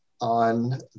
on